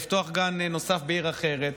לפתוח גן נוסף בעיר אחרת,